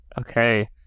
Okay